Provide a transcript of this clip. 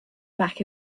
back